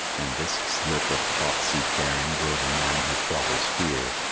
and this slip of taut sea-faring grows a man who throttles fear.